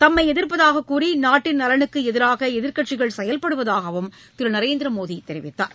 தம்மைஎதிர்ப்பதாககூறிநாட்டின் நலனுக்குஎதிராகஎதிர்கட்சிகள் செயல்படுவதாகவும் திருநரேந்திரமோடிதெரிவித்தார்